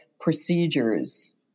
procedures